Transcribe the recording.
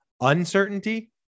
Uncertainty